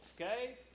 okay